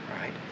right